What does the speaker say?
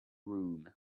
room